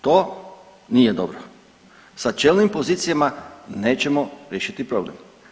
To nije dobro, sa čelnim pozicijama nećemo riješiti problem.